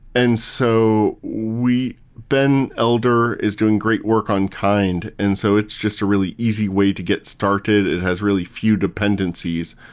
and so ben elder is doing great work on kind. and so it's just a really easy way to get started. it has really few dependencies.